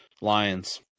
Lions